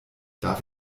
darf